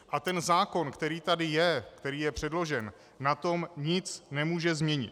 A ten zákon, který tady je, který je předložen, na tom nic nemůže změnit.